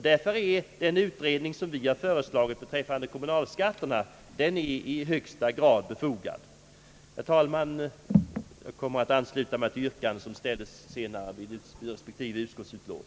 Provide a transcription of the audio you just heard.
Därför är också den utredning vi har föreslagit beträffande kommunalskatterna i högsta grad befogad. Herr talman! Jag kommer att ansluta mig till de yrkanden som kommer att ställas från vårt håll.